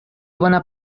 bona